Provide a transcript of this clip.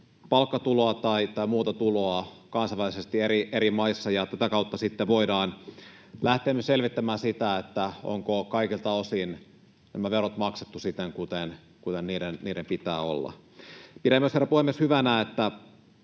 palkkatuloa tai muuta tuloa kansainvälisesti eri maissa. Tätä kautta sitten voidaan lähteä myös selvittämään sitä, onko kaikilta osin verot maksettu siten kuin niiden pitää olla. Pidän, herra puhemies, myös hyvänä, että